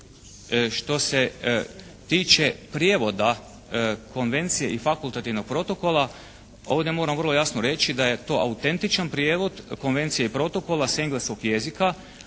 što se tiče prijevoda Konvencije i fakultativnog protokola ovdje moram vrlo jasno reći da je to autentičan prijevod Konvencije i protokola s engleskog jezika